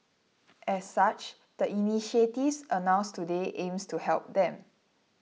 as such the initiatives announced today aims to help them